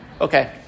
Okay